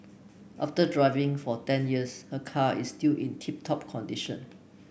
after driving for ten years her car is still in tip top condition